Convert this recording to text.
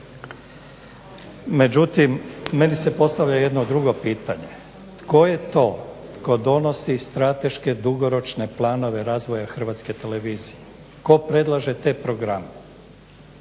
Međutim meni se postavlja jedno drugo pitanje, tko je to tko donosi strateške dugoročne planove razvoja HRT-a, tko predlaže te programe.